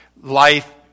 life